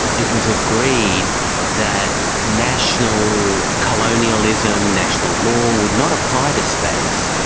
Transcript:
it was agreed that national colonialism, national law would not apply to space,